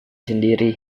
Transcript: sendiri